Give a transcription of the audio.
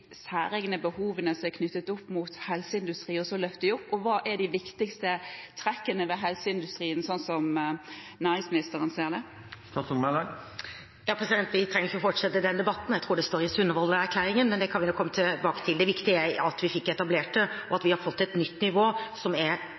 særegne behovene som er knyttet til helseindustri, og så løfte dem opp? Og: Hva er de viktigste trekkene ved helseindustrien, slik næringsministeren ser det? Vi trenger ikke å fortsette den debatten. Jeg tror det står i Sundvolden-erklæringen, men det kan vi komme tilbake til. Det viktige er at vi fikk etablert det, og at vi har fått et nytt nivå som er